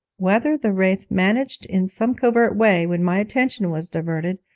whether the wraith managed in some covert way, when my attention was diverted,